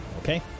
Okay